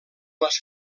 les